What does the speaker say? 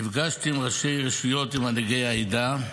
נפגשתי עם ראשי רשויות ועם מנהיגי העדה,